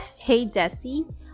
HeyDesi